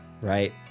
right